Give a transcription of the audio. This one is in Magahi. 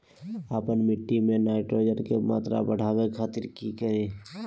आपन मिट्टी में नाइट्रोजन के मात्रा बढ़ावे खातिर की करिय?